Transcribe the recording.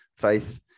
faith